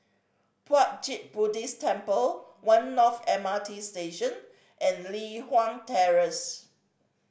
Puat Jit Buddhist Temple One North M R T Station and Li Hwan Terrace